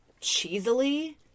cheesily